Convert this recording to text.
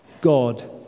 God